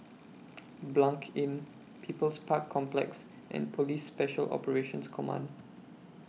Blanc Inn People's Park Complex and Police Special Operations Command